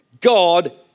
God